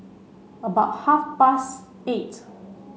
about half past eight